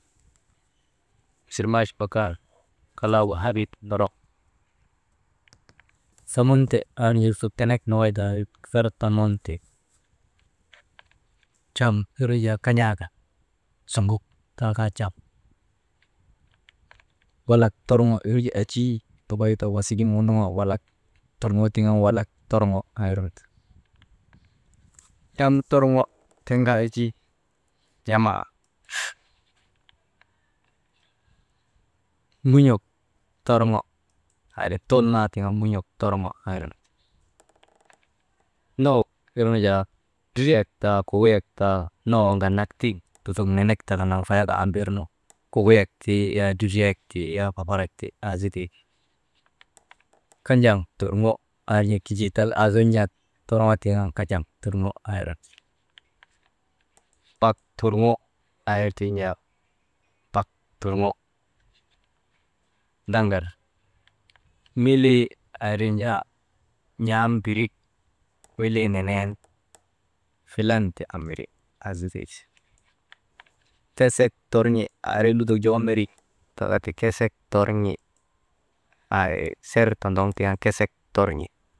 Misil maachi bakan kalaagu hafit ndoŋ, samun te aa irnu jaa lutok tenek nokoy tika ti kar tamunte cam wir nu jaa kan̰aa kan, suŋok taa kaa cam, walak torŋo wirnu jaa enjii nokoy taka wasigin wondoŋoka walak torŋoo tiŋ an walak torŋo aa irnu ti, n̰am torŋo tiŋ kaa enjii, n̰amaa, mun̰ok torŋo aa irnu tulnaa tiŋ an mun̰ok torŋo aa irnu ti, nowok irnu jaa dridriyak taa, kukuyak taa, nuwoo ŋannak tiŋ lutok nenek taka nanfayakaaa mbirnu, kukuyak ti, ya, dridriyak ti, ya fafarak ti, aa zitee ti, kajaŋ turŋo aa irnu jaa kijii tal aa suŋ n̰at torŋoo tiŋ an kajaŋ turŋo aa irnu ti, bak turŋo aa ir tiŋ jaa bak turŋo daŋar milii aa irin jaa n̰am mbiri, milii nenen filan ti ambiri, aazitee ti, tesek torŋi aa iri lutok joko meriŋ ti ta ka tikesek torŋi aa ir ser tondoŋ tiŋ an kesek torŋi.